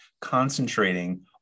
concentrating